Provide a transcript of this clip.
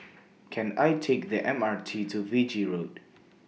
Can I Take The M R T to Fiji Road